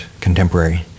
contemporary